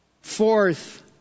Fourth